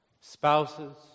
Spouses